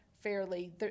fairly